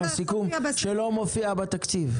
סיכום שלא מופיע בתקציב.